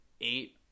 eight